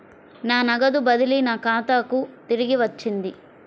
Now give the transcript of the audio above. నా నగదు బదిలీ నా ఖాతాకు తిరిగి వచ్చింది